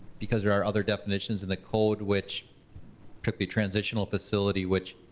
because there are other definitions in the code which took the transitional facility which